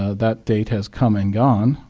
that date has come and gone.